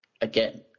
again